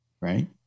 right